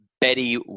Betty